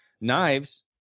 Knives